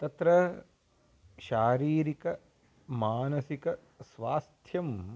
तत्र शारीरिकमानसिकस्वास्थ्यं